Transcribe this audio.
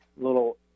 little